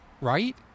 right